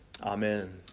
Amen